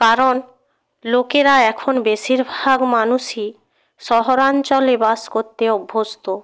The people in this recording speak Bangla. কারণ লোকেরা এখন বেশিরভাগ মানুষই শহরাঞ্চলে বাস করতে অভ্যস্থ